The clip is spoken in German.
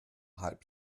halb